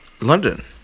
London